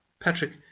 Patrick